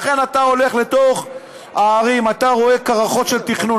לכן אתה הולך לתוך הערים ואתה רואה קרחות של תכנון.